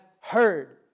heard